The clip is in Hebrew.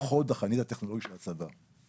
חוד החנית הטכנולוגי של הצבא.